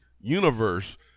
universe